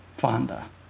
Fonda